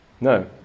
No